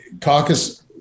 caucus